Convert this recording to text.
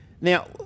Now